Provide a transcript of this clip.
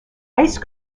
ice